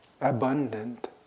abundant